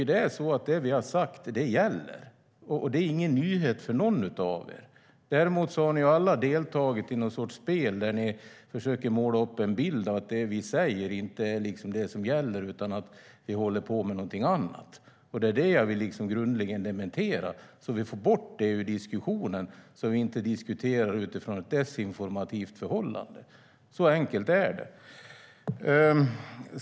Det regeringen har sagt gäller. Det är ingen nyhet för någon av er. Däremot har ni alla deltagit i någon sorts spel där ni försöker måla upp en bild av att det vi säger inte är det som gäller utan att vi håller på med något annat. Det vill jag grundligen dementera, så att vi får bort frågan ur diskussionen - vi ska inte diskutera utifrån ett desinformativt förhållande. Så enkelt är det.